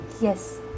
yes